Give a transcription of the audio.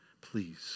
please